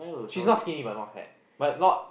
she's not skinny but not fat but not